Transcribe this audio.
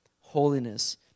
holiness